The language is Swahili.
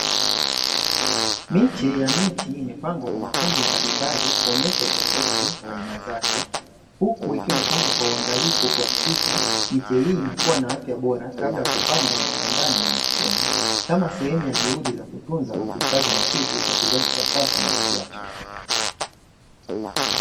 Miche ya miti imepangwa kwa makundi mbalimbali kuonesha utofauti wa aina zake, huku ikiwa imepangwa kwa uangalifu kuhakikisha miche hii inakuwa na afya bora kabla ya kupandwa mashambani na misituni. Kama sehemu ya juhudi za kutunza na kuhifadhi misitu kwa kizazi cha sasa na kijacho.